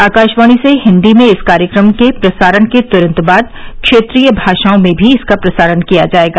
आकाशवाणी से हिंदी में इस कार्यक्रम के प्रसारण के तुरंत बाद क्षेत्रीय भाषाओं में भी इसका प्रसारण किया जाएगा